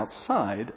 outside